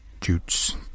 jutes